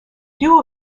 duo